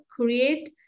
create